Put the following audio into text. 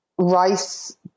rice